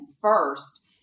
first